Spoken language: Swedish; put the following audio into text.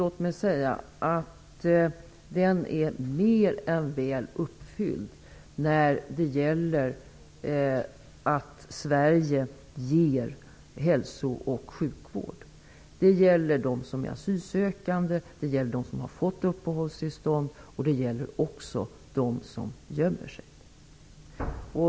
Låt mig säga att barnkonventionen är mer än väl uppfylld för Sveriges del när det gäller att ge hälsooch sjukvård. Det gäller de barn som är asylsökande, de barn som har fått uppehållstillstånd och också de barn som gömmer sig.